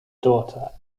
daughter